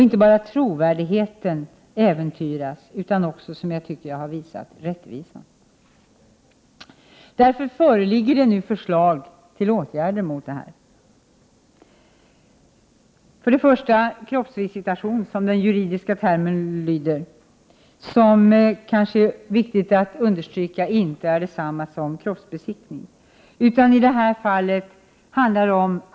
Inte bara trovärdigheten äventyras utan också, som jag tycker att jag har belyst, rättvisan. 1. Kroppsvisitation, som den juridiska termen heter, kan utföras, men det är kanske viktigt att understryka att detta inte är detsamma som kroppsbe siktning. I detta fall handlar det om möjligheten att leta efter handlingar i — Prot.